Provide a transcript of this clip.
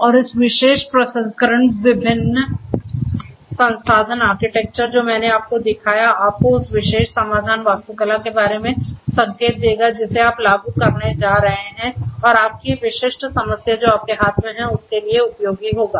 और इस विशेष प्रसंस्करण विभिन्न समाधान आर्किटेक्चर जो मैंने आपको दिखाया है आपको उस विशेष समाधान वास्तुकला के बारे में संकेत देगा जिसे आप लागू करने जा रहे हैं और आपकी विशिष्ट समस्या जो आपके हाथ में है उसके लिए उपयोगी होगा